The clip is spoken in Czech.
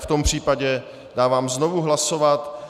V tom případě dávám znovu hlasovat.